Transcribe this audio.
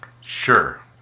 Sure